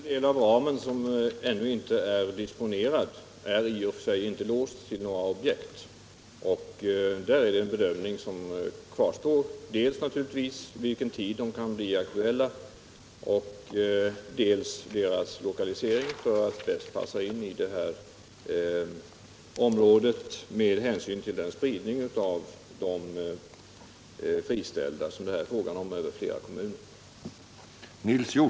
Herr talman! Den del inom ramen som ännu inte är disponerad är i och för sig inte låst till några objekt. Det återstår att bedöma dels naturligtvis under vilken tid tänkbara objekt kan bli aktuella, dels deras lokalisering för att bäst passa in i området med hänsyn till den spridning av de friställda över flera kommuner som det här är fråga om.